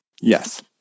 Yes